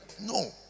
No